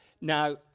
Now